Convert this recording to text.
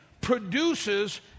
produces